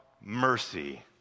mercy